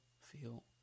feel